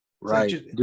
Right